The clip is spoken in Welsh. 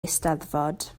eisteddfod